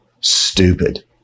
Stupid